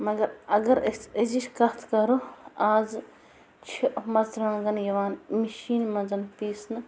مگر اگر أسۍ أزِچ کَتھ کَرو اَز چھِ مرژٕوانٛگن یِوان مِشیٖنہِ منٛز پیٖسنہٕ